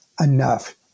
enough